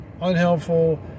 unhelpful